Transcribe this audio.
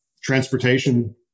transportation